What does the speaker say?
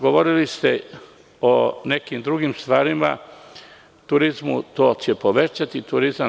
Govorili ste o nekim drugim stvarima, o turizmu, to će povećati turizam.